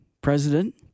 president